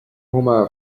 هما